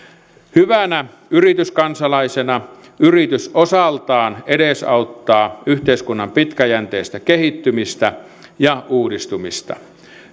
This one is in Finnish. hyvänä yrityskansalaisena yritys osaltaan edesauttaa yhteiskunnan pitkäjänteistä kehittymistä ja uudistumista